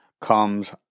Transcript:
comes